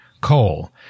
coal